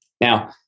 Now